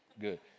good